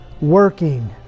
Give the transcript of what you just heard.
working